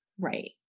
Right